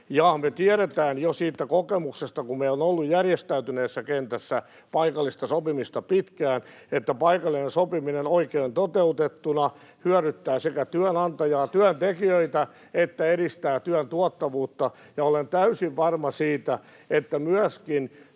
Me tiedetään jo siitä kokemuksesta, kun meillä on ollut järjestäytyneessä kentässä paikallista sopimista pitkään, että paikallinen sopiminen oikein toteutettuna sekä hyödyttää työnantajia ja työntekijöitä että edistää työn tuottavuutta. Ja olen täysin varma siitä, että myöskin